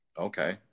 Okay